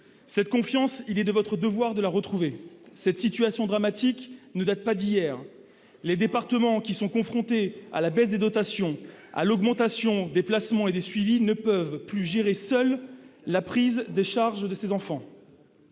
Cette confiance, il est de votre devoir de la retrouver. Cette situation dramatique ne date pas d'hier. Les départements, confrontés à la baisse des dotations, à l'augmentation du nombre des placements et des suivis, ne peuvent plus gérer seuls la prise en charge de ces enfants.